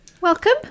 welcome